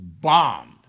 bombed